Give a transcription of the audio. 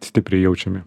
stipriai jaučiami